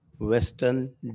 western